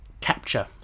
capture